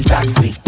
Taxi